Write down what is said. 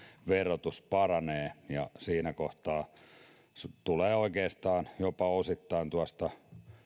verotus paranee ja siinä kohtaa tulee oikeastaan jopa osittain tuosta